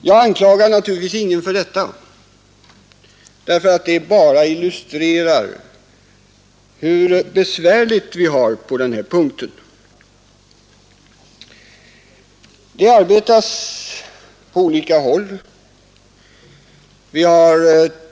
Jag anklagar naturligtvis ingen för detta; det illustrerar bara hur besvärligt vi har det på den här punkten. Det arbetas på olika håll.